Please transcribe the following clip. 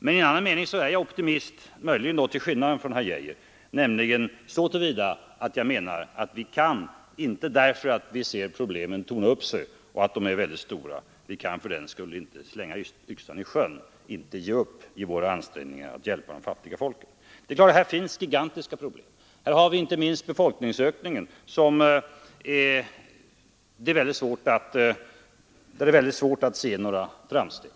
Men i en annan mening är jag optimist, möjligen då till skillnad från herr Geijer, nämligen så till vida att jag menar att vi, även om vi ser problemen torna upp sig, fördenskull inte kan slänga yxan i sjön och ge upp våra ansträngningar att hjälpa de fattiga folken. Här finns gigantiska problem, inte minst befolkningsökningen, ett område där det är svårt att se några framsteg.